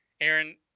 Aaron